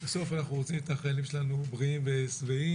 בסוף כולם רוצים את החיילים שלנו בריאים ושבעים,